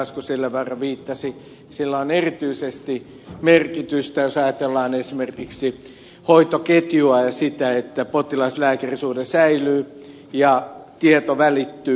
asko seljavaara viittasi sillä on erityisesti merkitystä jos ajatellaan esimerkiksi hoitoketjua ja sitä että potilaslääkäri suhde säilyy ja tieto välittyy